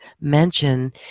mention